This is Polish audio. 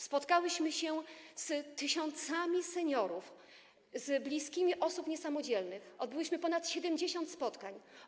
Spotkałyśmy się z tysiącami seniorów, z bliskimi osób niesamodzielnych, odbyłyśmy ponad 70 spotkań.